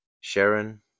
Sharon